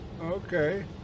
okay